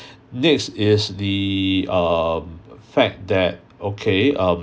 next is the um fact that okay um